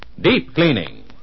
deep-cleaning